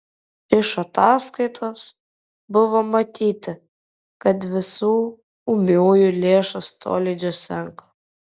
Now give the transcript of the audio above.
iš ataskaitos buvo matyti kad visų ūmiųjų lėšos tolydžio senka